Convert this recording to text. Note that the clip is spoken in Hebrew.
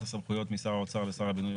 הסמכויות משר האוצר לשר הבינוי והשיכון.